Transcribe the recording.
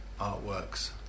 artworks